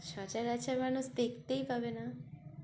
সচরাচর মানুষ দেখতেই পাবে না